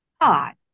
God